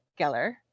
geller